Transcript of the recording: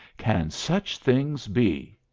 can such things be?